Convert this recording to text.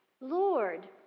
Lord